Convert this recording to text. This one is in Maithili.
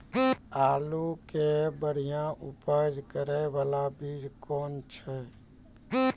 आलू के बढ़िया उपज करे बाला बीज कौन छ?